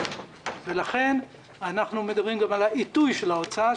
לכן אנחנו מדברים גם על העיתוי של ההוצאה,